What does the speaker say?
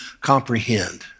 comprehend